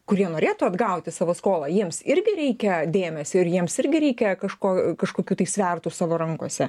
kurie norėtų atgauti savo skolą jiems irgi reikia dėmesio ir jiems irgi reikia kažko kažkokių tai svertų savo rankose